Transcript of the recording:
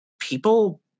People